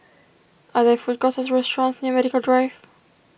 are there food courts or restaurants near Medical Drive